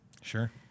Sure